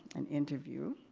an interview,